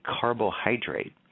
carbohydrate